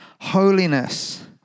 holiness